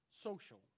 social